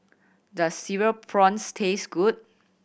does Cereal Prawns taste good